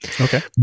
Okay